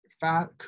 fat